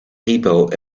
people